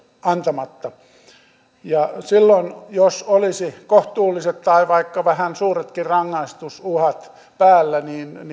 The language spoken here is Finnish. antamatta silloin jos olisi kohtuulliset tai vaikka vähän suuretkin rangaistus uhat päällä